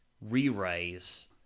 re-raise